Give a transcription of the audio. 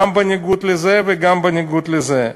גם בניגוד לזה וגם בניגוד לזה.